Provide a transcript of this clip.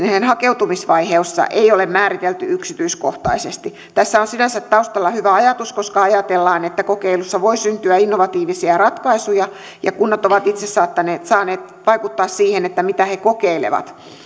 siihen hakeutumisvaiheessa ei ole määritelty yksityiskohtaisesti tässä on sinänsä taustalla hyvä ajatus koska ajatellaan että kokeilussa voi syntyä innovatiivisia ratkaisuja ja kunnat ovat itse saaneet vaikuttaa siihen mitä he kokeilevat